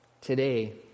today